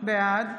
בעד